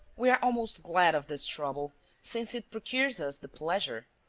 we are almost glad of this trouble since it procures us the pleasure.